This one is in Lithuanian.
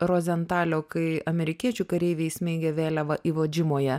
rozentalio kai amerikiečių kareiviai įsmeigia vėliavą ivodžimoje